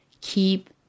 Keep